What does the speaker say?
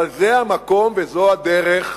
אבל זה המקום וזו הדרך,